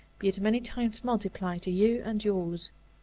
be it many times multiplied to you and yours,